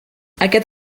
aquest